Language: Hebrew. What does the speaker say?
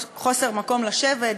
חוסר מקום לשבת,